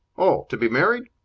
oh, to be married?